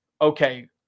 Okay